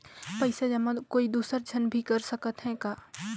पइसा जमा कोई दुसर झन भी कर सकत त ह का?